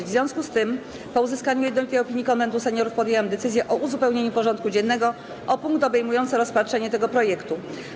W związku z tym, po uzyskaniu jednolitej opinii Konwentu Seniorów, podjęłam decyzję o uzupełnieniu porządku dziennego o punkt obejmujący rozpatrzenie tego projektu.